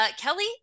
Kelly